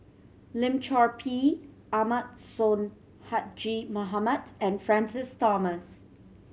Lim Chor Pee Ahmad Sonhadji Mohamad and Francis Thomas